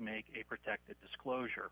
make a protected disclosure